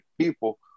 people